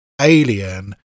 alien